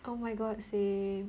oh my god same